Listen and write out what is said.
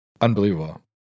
unbelievable